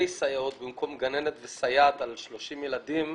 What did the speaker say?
סייעות במקום גננת וסייעת על 30 ילדים.